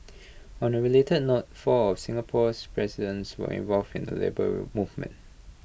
on A related note four of Singapore's presidents were involved in the Labour Movement